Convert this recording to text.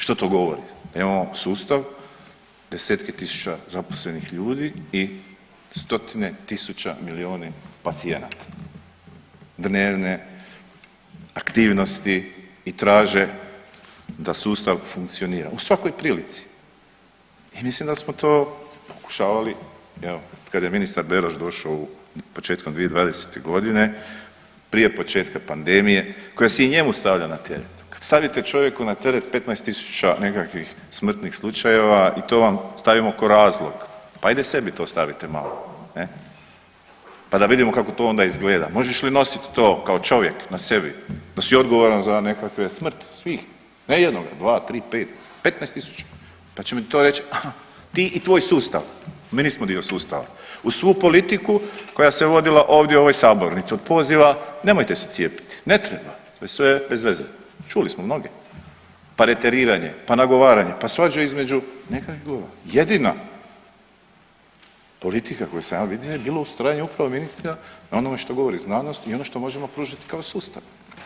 Što to govori, da imamo sustav, 10-tke tisuća zaposlenih ljudi i 100-tine tisuća milijuni pacijenata dnevne aktivnosti i traže da sustav funkcionira u svakoj prilici i mislim da smo to pokušavali, evo kad je ministar Beroš došao početkom 2020.g. prije početka pandemije koja se i njemu stavlja na teret, kad stavite čovjeku na teret 15 tisuća nekakvih smrtnih slučajeva i to vam stavimo kao razlog, pa ajde to stavite sebi malo ne, pa da vidimo kako to onda izgleda, možeš li nosit to kao čovjek na sebi da si odgovoran za nekakvu smrt svih, ne jednoga, dva, tri, pet, 15 tisuća, pa će mi to reć, a ti i tvoj sustav, mi nismo dio sustava, uz svu politiku koja se vodila ovdje u ovoj sabornici od poziva nemojte se cijepiti, ne treba, to je sve bez veze, čuli smo mnoge, pa reteriranje, na nagovaranje, pa svađe između… [[Govornik se ne razumije]] , jedina politika koju sam ja vidio je bilo ustrajanje upravo ministra na onome što govori, znanost i ono što možemo pružiti kao sustav.